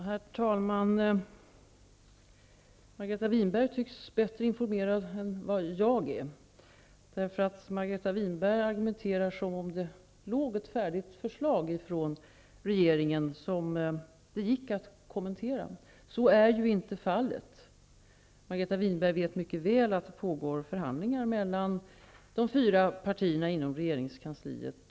Herr talman! Margareta Winberg tycks vara bättre informerad än jag. Hon argumenterar på ett sådant sätt att man skulle kunna tro att det föreligger ett färdigt förslag från regeringen som det är möjligt att kommentera. Så är inte fallet. Margareta Winberg vet mycket väl att förhandlingar pågår mellan de fyra partierna inom regeringskansliet.